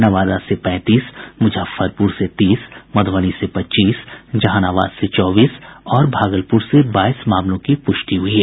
नवादा से पैंतीस मुजफ्फरपुर से तीस मधुबनी से पच्चीस जहानाबाद से चौबीस और भागलपुर से बाईस मामलों की पुष्टि हुई है